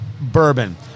bourbon